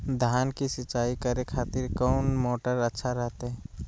धान की सिंचाई करे खातिर कौन मोटर अच्छा रहतय?